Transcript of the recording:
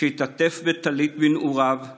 שהתעטף בטלית בנעוריו /